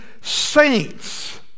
saints